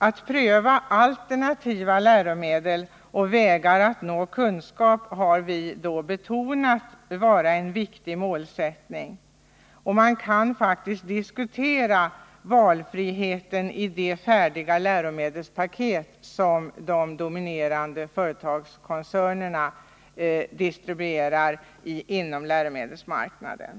Att pröva alternativa läromedel och vägar att nå kunskap har vi betonat som en viktig målsättning. Man kan faktiskt diskutera valfriheten i de färdiga läromedelspaket som de dominerande företagskoncernerna distribuerar inom läromedelsmarknaden.